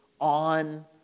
on